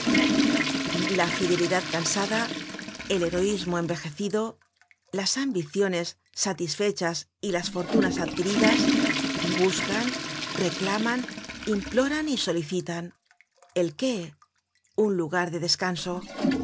la fidelidad cansada el heroismo envejecido las ambiciones satisfechas y las fortunas adquiridas buscan reclaman imploran y solicitan el qué un lugar de descanso